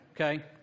okay